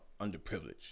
underprivileged